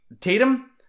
Tatum